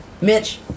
Mitch